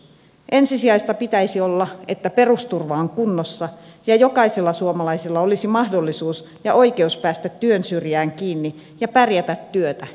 ensisijaista pitäisi olla että perusturva on kunnossa ja jokaisella suomalaisella olisi mahdollisuus ja oikeus päästä työn syrjään kiinni ja pärjätä työtä tekemällä